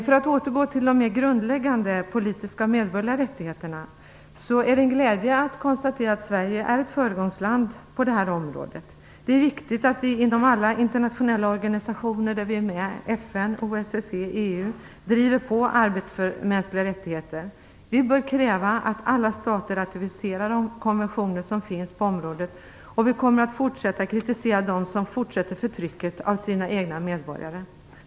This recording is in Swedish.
För att återgå till de mera grundläggande politiska och medborgerliga rättigheterna är det för mig en glädje att konstatera att Sverige är ett föregångsland på det här området. Det är viktigt att vi i alla de internationella organisationer där vi är med, som FN, OSSE och EU, driver på arbetet för mänskliga rättigheter. Vi bör kräva att alla stater ratificerar de konventioner som finns på området, och vi kommer att fortsätta att kritisera dem som framhärdar med att förtrycka sina egna medborgare.